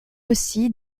aussi